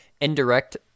indirect